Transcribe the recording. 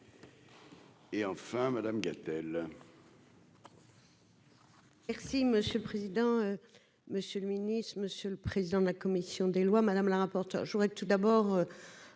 Et enfin Madame Gatel.